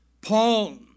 Paul